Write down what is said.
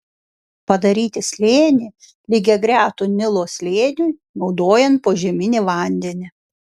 padaryti slėnį lygiagretų nilo slėniui naudojant požeminį vandenį